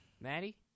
Maddie